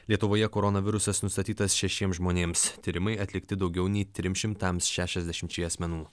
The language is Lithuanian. lietuvoje koronavirusas nustatytas šešiems žmonėms tyrimai atlikti daugiau nei trims šimtams šešiasdešimčiai asmenų